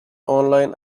online